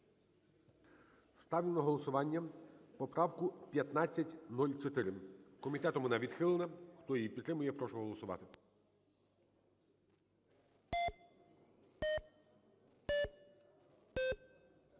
Ставлю на голосування поправку 1521. Комітет її відхилив. Хто підтримує, прошу голосувати.